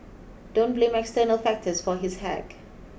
don't blame external factors for his hack